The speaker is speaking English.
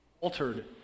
altered